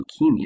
leukemia